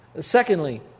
Secondly